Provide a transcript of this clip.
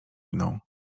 mną